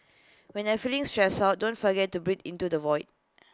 when you are feeling stressed out don't forget to breathe into the void